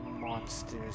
monsters